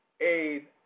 Aid